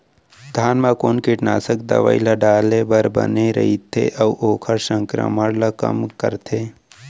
धान म कोन कीटनाशक दवई ल डाले बर बने रइथे, अऊ ओखर संक्रमण ल कम करथें?